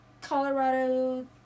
Colorado